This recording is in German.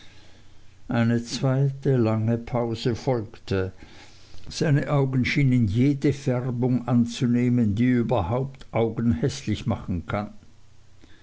eine zweite lange pause folgte seine augen schienen jede färbung anzunehmen die überhaupt augen häßlich machen kann